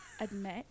admit